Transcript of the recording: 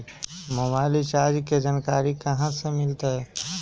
Mobile recharge के जानकारी कहा से मिलतै?